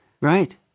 Right